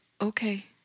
okay